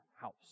house